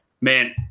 Man